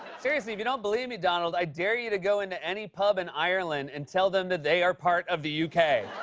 seriously, if you don't believe me, donald, i dare you to go into any pub in ireland and tell them that they are part of the u k.